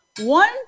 one